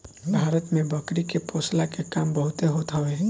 भारत में बकरी के पोषला के काम बहुते होत हवे